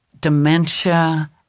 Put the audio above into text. dementia